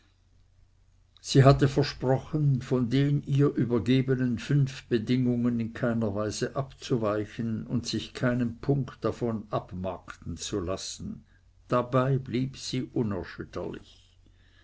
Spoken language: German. sie hatte versprochen von den ihr übergebenen fünf bedingungen in keiner weise abzuweichen und sich keinen punkt davon abmarkten zu lassen dabei blieb sie unerschütterlich